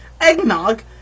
Eggnog